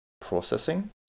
processing